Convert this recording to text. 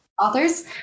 authors